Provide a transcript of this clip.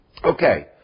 Okay